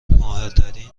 ماهرانهترین